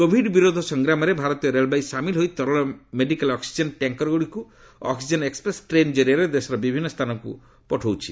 Covid ବିରୋଧ ସଂଗ୍ରାମରେ ଭାରତୀୟ ରେଳବାଇ ସାମିଲ୍ ହୋଇ ତରଳ ମେଡିକାଲ୍ ଅକ୍ସିଜେନ୍ ଟ୍ୟାଙ୍କର୍ଗୁଡ଼ିକୁ ଅକ୍ସିଜେନ୍ ଏକ୍ସପ୍ରେସ୍ ଟ୍ରେନ୍ କରିଆରେ ଦେଶର ବିଭିନ୍ନ ସ୍ଥାନକୁ ପଠାଉଛି